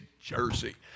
Jersey